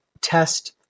test